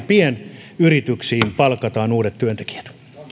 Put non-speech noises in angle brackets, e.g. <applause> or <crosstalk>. <unintelligible> pienyrityksiin palkataan uudet työntekijät